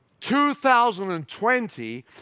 2020